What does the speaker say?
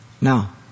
Now